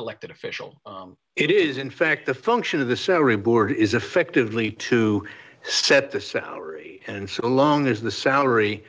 elected official it is in fact the function of the salary board is effectively to set the salary and so long as the salary